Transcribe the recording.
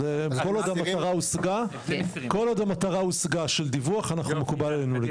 כל עוד המטרה של דיווח הושגה זה מקובל עלינו.